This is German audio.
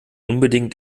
unbedingt